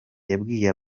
yabwiye